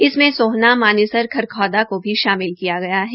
इसमें सोहना मानेसर खरखौदा को शामिल किया गया है